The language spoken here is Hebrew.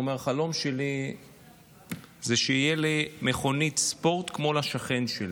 הוא אומר: החלום שלי זה שתהיה לי מכונית ספורט כמו לשכן שלי,